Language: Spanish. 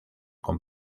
con